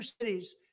cities